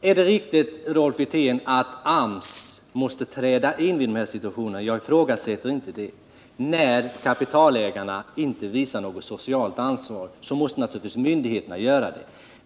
är det riktigt, Rolf Wirtén, att AMS måste träda in i de här situationerna — jag ifrågasätter inte det. När kapitalägarna inte visar något socialt ansvar måste naturligtvis myndigheterna göra det.